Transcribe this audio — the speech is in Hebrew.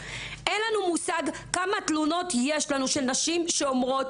אין לנו מושג כמה תלונות יש לנו של נשים שאומרות